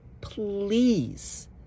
please